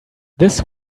this